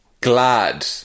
glad